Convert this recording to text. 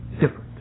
different